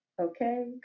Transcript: Okay